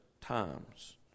times